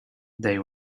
they